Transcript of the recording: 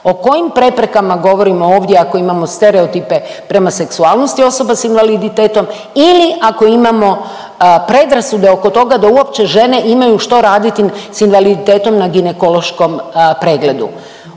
O kojim preprekama govorimo ovdje ako imamo stereotipe prema seksualnosti osoba s invaliditetom ili ako imamo predrasude oko toga da uopće žene imaju što raditi s invaliditetom na ginekološkom pregledu.